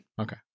Okay